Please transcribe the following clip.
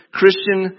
Christian